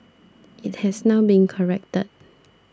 it has now been corrected